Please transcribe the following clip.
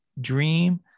dream